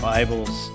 Bibles